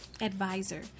advisor